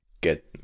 get